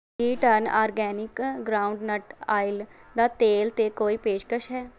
ਕੀ turn organic groundnut oil ਦਾ ਤੇਲ 'ਤੇ ਕੋਈ ਪੇਸ਼ਕਸ਼ ਹੈ